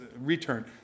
return